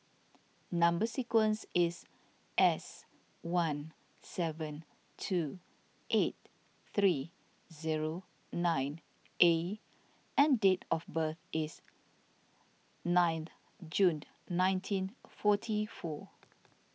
Number Sequence is S one seven two eight three zero nine A and date of birth is nine June nineteen forty four